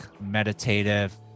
meditative